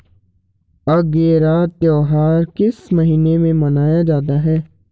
अगेरा त्योहार किस महीने में मनाया जाता है?